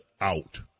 out